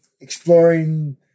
exploring